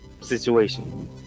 situation